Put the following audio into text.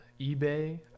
eBay